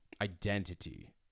identity